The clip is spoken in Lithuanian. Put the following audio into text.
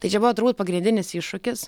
tai čia buvo turbūt pagrindinis iššūkis